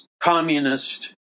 Communist